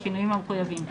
בשינויים המחויבים.